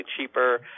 cheaper